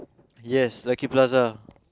yes Lucky Plaza